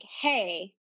Hey